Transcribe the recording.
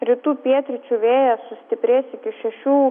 rytų pietryčių vėjas sustiprės iki šešių